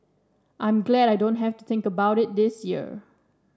I'm glad I don't have to think about it this year